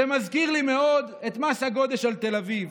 זה מזכיר לי מאוד את מס הגודש על תל אביב.